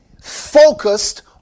focused